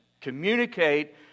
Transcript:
communicate